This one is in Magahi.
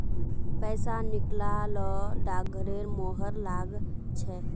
पैसा निकला ल डाकघरेर मुहर लाग छेक